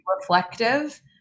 reflective